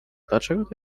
dlaczego